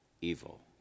Evil